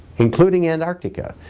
including antartica,